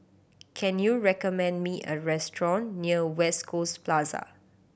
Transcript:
can you recommend me a restaurant near West Coast Plaza